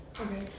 Okay